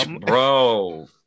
Bro